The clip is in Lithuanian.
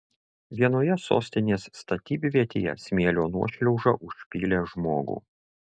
vienoje sostinės statybvietėje smėlio nuošliauža užpylė žmogų